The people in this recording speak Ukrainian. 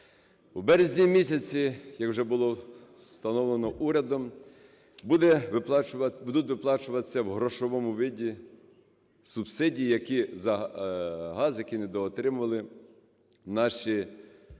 В березні місяці, як вже було встановлено урядом, будуть виплачуватися в грошовому виді субсидії за газ, які недоотримували наші виборці,